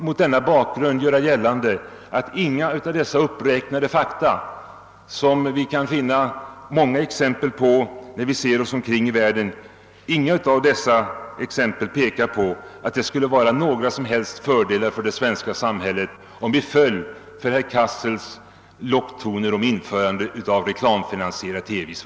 Mot denna bakgrund vill jag göra gällande att inga av dessa uppräknade fakta tyder på att det skulle innebära några som helst fördelar för Sverige, om vi fölle för herr Cassels locktoner om införande av reklamfinansierad TV.